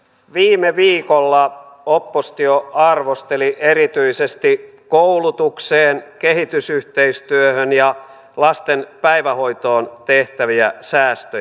viime viikolla oppositio arvosteli erityisesti koulutukseen kehitysyhteistyöhön ja lasten päivähoitoon tehtäviä säästöjä